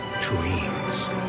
dreams